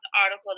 article